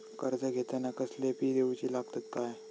कर्ज घेताना कसले फी दिऊचे लागतत काय?